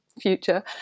future